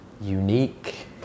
unique